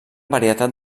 varietat